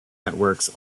networks